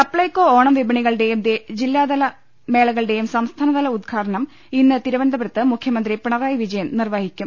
സപ്ലൈകോ ഓണം വിപണികളുടെയും ജില്ലാതല മേളകളുടെയും സംസ്ഥാന തല ഉദ്ഘാടനം ഇന്ന് തിരുവനന്തപുരത്ത് മുഖ്യമന്ത്രി പിണറായി വിജയൻ നിർവഹി ക്കും